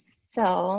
so